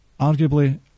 arguably